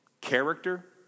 character